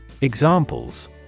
examples